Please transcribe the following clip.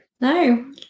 No